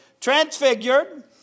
transfigured